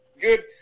good